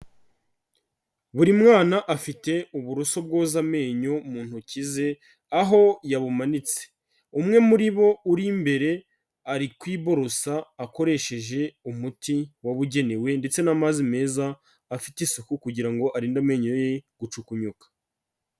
Buri mwana afite uburoso bwoza amenyo mu ntoki ze, aho yabumanitse. Umwe muri bo uri imbere, ari kwiborosa akoresheje umuti wabugenewe ndetse n'amazi meza afite isuku, kugira ngo arinde amenyo ye gucukunyuka.